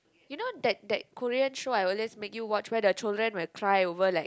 you know that that Korean show I always make you watch where the children will cry over like